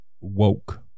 woke